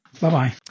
Bye-bye